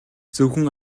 зөвхөн